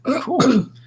cool